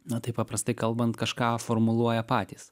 na taip paprastai kalbant kažką formuluoja patys